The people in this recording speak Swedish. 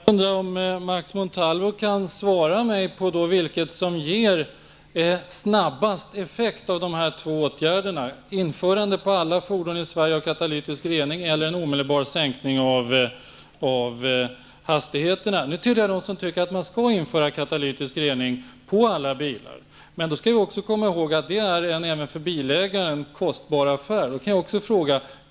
Fru talman! Jag undrar om Max Montalvo kan svara på frågan om vilket som ger snabbaste effekt av de två åtgärderna, införande på alla fordon i Sverige av katalytisk rening eller omedelbar sänkning av hastigheterna? Jag tillhör dem som tycker att katalytisk rening skall införas på alla bilar. Men vi skall komma ihåg att det är en för bilägaren kostbar affär.